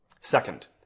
Second